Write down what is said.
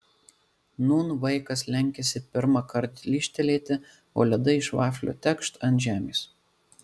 nūn vaikas lenkiasi pirmąkart lyžtelėti o ledai iš vaflio tekšt ant žemės